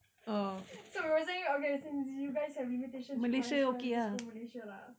so we were saying since you guys have limitations so might as well just go malaysia lah